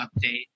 update